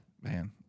man